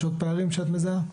יש עוד פערים שאת מזהה?